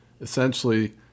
Essentially